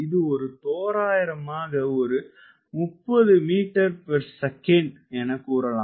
இது தோராயமாக ஒரு 30 மீட்டர்செகண்ட் என கூறலாம்